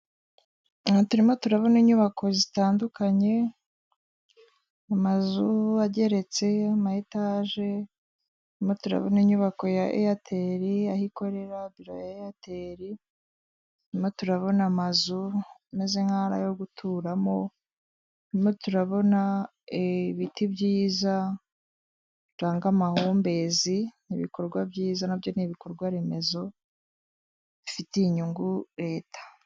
Aha turimo turabona inyubako zitandukanye amazu ageretseyo ama etage turabona n'inyubako ya eyateri aho ikorera biro ya eyateri nyuma turabona amazu ameze nk'ayo guturamo mo turabona ibiti byiza biranga amahumbezi, n'ibikorwa byiza na byo ni ibikorwa remezo bifitiye inyungu leta.